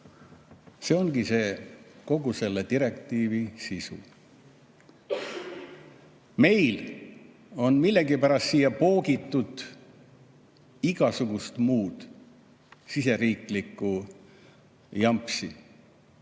See ongi kogu selle direktiivi sisu. Meil on millegipärast siia poogitud juurde igasugust muud siseriiklikku jampsi,